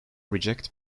reject